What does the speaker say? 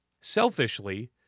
selfishly